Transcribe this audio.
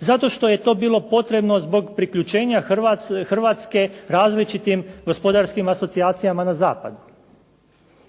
Zato što je to bilo potrebno zbog priključenja Hrvatske različitim gospodarskim asocijacijama na zapadu